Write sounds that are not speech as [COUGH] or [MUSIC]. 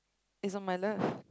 is on my left [BREATH]